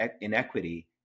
inequity